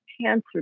cancer